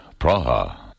Praha